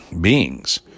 beings